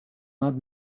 not